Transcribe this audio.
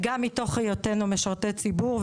גם מתוך היותנו משרתי ציבור,